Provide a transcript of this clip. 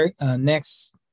next